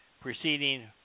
proceeding